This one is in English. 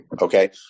Okay